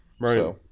Right